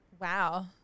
Wow